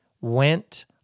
went